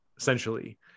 essentially